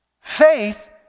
Faith